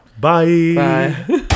bye